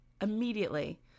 immediately